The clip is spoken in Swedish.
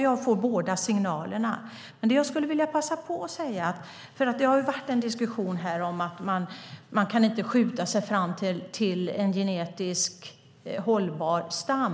Jag får båda signalerna. Det har varit en diskussion här om att man inte kan skjuta sig fram till en genetiskt hållbar stam.